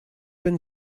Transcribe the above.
been